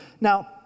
Now